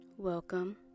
Welcome